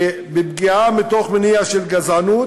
שבפגיעה מתוך מניע של גזענות,